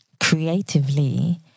creatively